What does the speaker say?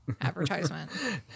advertisement